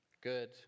good